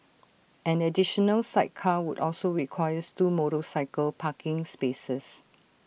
an additional sidecar would also requires two motorcycle parking spaces